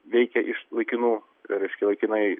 veikia iš laikinų reiškia laikinai